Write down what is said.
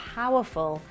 powerful